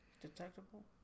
detectable